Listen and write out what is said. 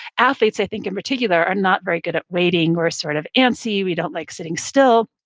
athletes, i think in particular, are not very good at waiting. we're sort of antsy. we don't like sitting still.